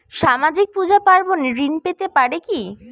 সামাজিক পূজা পার্বণে ঋণ পেতে পারে কি?